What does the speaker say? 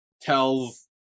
tells